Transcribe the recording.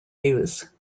use